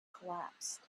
collapsed